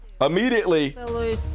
immediately